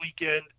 weekend